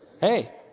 Hey